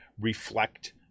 reflect